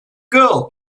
girl